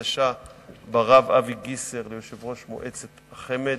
החדשה ברב אבי גיסר ליושב-ראש מועצת החמ"ד,